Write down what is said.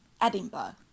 Edinburgh